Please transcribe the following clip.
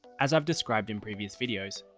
as i've described in previous videos,